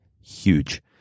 huge